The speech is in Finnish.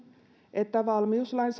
että valmiuslain